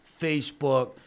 Facebook